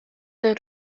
der